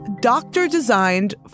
doctor-designed